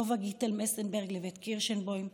טובה גיטל מסנברג לבית קירשנבוים,